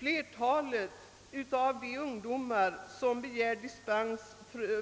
Flertalet av de ungdomar som begär dispens